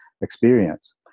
experience